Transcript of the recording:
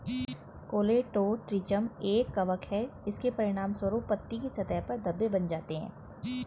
Colletotrichum एक कवक है, इसके परिणामस्वरूप पत्ती की सतह पर धब्बे बन जाते हैं